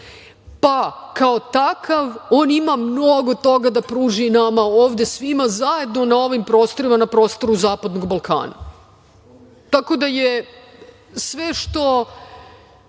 pa kao takav on ima mnogo toga da pruži i nama ovde, svima zajedno na ovim prostorima, na prostoru zapadnog Balkana. Tako da, sve što